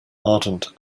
ardent